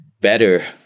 better